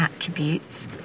attributes